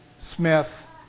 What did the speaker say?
Smith